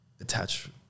attach